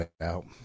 out